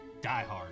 diehard